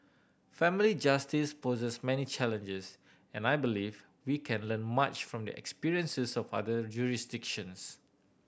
family justice poses many challenges and I believe we can learn much from the experiences of other jurisdictions